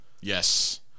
Yes